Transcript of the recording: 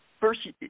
first